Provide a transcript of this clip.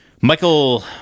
Michael